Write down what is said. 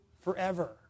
forever